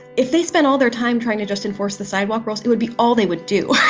if they spend all their time trying to just enforce the sidewalk rules, it would be all they would do.